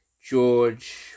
George